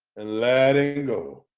and letting